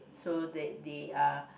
so that they are